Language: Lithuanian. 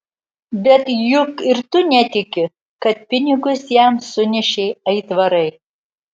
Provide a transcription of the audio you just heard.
bet juk ir tu netiki kad pinigus jam sunešė aitvarai